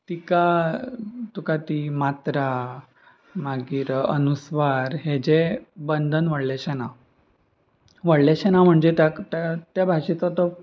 तिका तुका ती मात्रा मागीर अनुस्वार हाचें बंधन व्हडलेशें ना व्हडलेशें ना म्हणजे त्या त्या भाशेचो तो